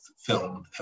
film